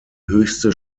höchste